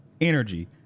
Energy